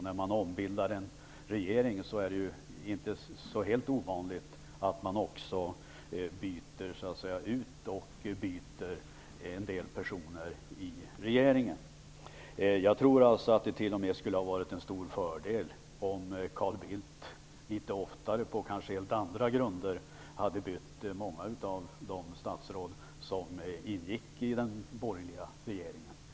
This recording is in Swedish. När man ombildar en regering är det ju inte helt ovanligt att man också byter ut en del personer i regeringen. Jag tror t.o.m. att det hade varit en stor fördel om Carl Bildt litet oftare, kanske på helt andra grunder, hade bytt ut många av de statsråd som ingick i den borgerliga regeringen.